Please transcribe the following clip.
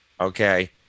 Okay